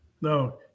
No